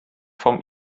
vom